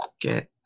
Get